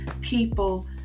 people